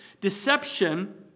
deception